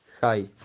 Hi